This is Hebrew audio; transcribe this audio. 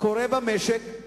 קורה במשק,